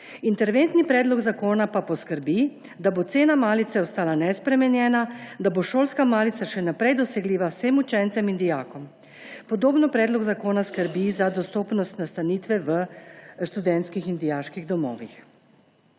Interventni predlog zakona pa poskrbi, da bo cena malice ostala nespremenjena, da bo šolska malica še naprej dosegljiva vsem učencem in dijakom. Podobno predlog zakona skrbi za dostopnost nastanitve v študentskih in dijaških domovih.